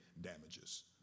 damages